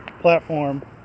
platform